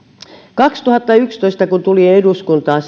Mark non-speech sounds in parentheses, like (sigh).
kaksituhattayksitoista lähtien kun tulin eduskuntaan (unintelligible)